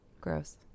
Gross